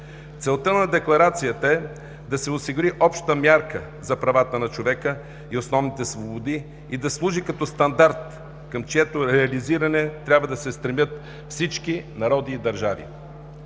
Целта на Декларацията е да се осигури обща мярка за правата на човека и основните свободи и да служи като стандарт, към чието реализиране трябва да се стремят всички народи и държави.